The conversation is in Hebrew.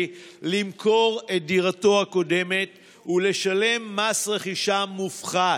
למכור את דירתו הקודמת ולשלם מס רכישה מופחת.